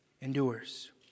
endures